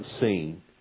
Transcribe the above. seen